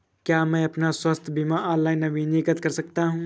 क्या मैं अपना स्वास्थ्य बीमा ऑनलाइन नवीनीकृत कर सकता हूँ?